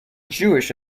jewish